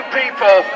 people